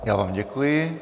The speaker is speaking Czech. Já vám děkuji.